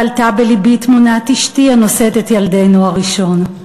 ועלתה בלבי תמונת אשתי הנושאת את ילדנו הראשון.